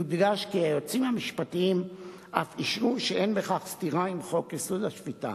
יודגש כי היועצים המשפטיים אף אישרו שאין בכך סתירה לחוק-יסוד: השפיטה.